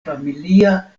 familia